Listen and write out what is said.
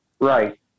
Right